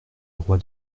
roi